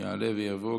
יעלה ויבוא.